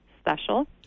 special